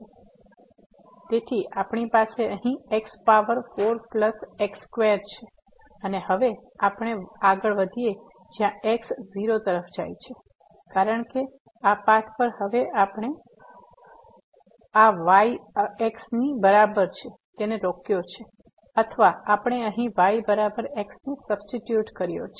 તેથી આપણી પાસે અહીં x power 4 plus x square છે અને હવે આપણે આગળ વધીએ જ્યાં x 0 તરફ જાય છે કારણ કે આ પાથ પર હવે આપણે આ y x ની બરાબર છે તેને રોક્યો છે અથવા આપણે અહીં y બરાબર x ને સબસ્ટીટ્યુટ કાર્ય છે